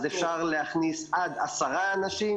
אז אפשר להכניס עד 10 אנשים,